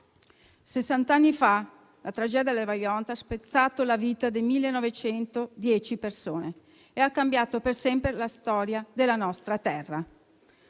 Sessant'anni fa la tragedia del Vajont ha spezzato la vita di 1.910 persone e ha cambiato per sempre la storia della nostra terra;